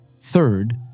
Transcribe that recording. Third